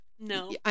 No